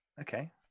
okay